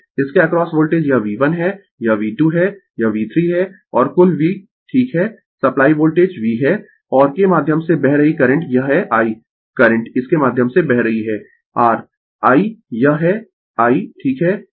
इसके across voltage यह V1 है यह V2 है यह V3 है और कुल V ठीक है सप्लाई वोल्टेज V है और के माध्यम से बह रही करंट यह है I करंट इसके माध्यम से बह रही है है r I यह है I ठीक है